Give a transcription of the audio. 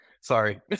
sorry